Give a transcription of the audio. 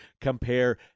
compare